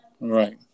Right